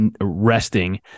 resting